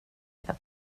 jag